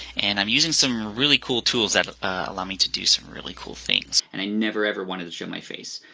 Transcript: and i'm using some really cool tools that allow me to do some really cool things. and i never ever wanted to show my face.